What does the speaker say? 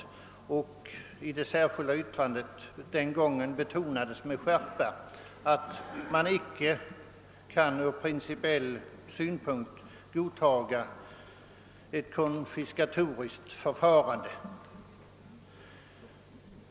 I det särskilda yttrandet betonades den gången med skärpa att man icke från principiell synpunkt kunde godta ett konfiskatoriskt förfarande.